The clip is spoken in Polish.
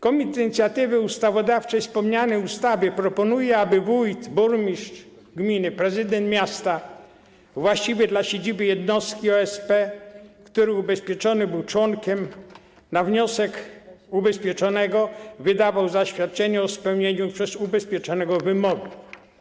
Komitet Inicjatywy Ustawodawczej wspomnianej ustawy proponuje, aby wójt, burmistrz gminy, prezydent miasta, właściwy dla siedziby jednostki OSP, której ubezpieczony był członkiem, na wniosek ubezpieczonego, wydawał zaświadczenie o spełnieniu przez ubezpieczonego wymogów.